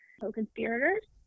co-conspirators